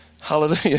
Hallelujah